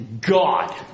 God